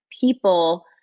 people